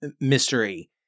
mystery